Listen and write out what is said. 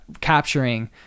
capturing